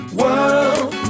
world